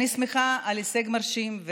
אני שמחה על הישג מרשים,